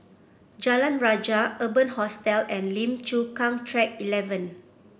Jalan Rajah Urban Hostel and Lim Chu Kang Track Eleven